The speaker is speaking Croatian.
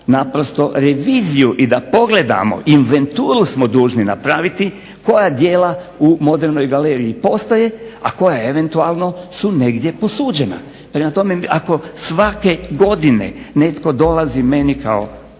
naprosto reviziju i da pogledamo, inventuru smo dužni napraviti, koja djela u modernoj galeriji postoje, a koja eventualno su negdje posuđena. Prema tome, ako svake godine netko dolazi meni kao,